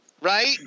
Right